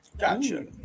Gotcha